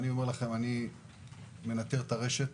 אני מנטר את הרשת,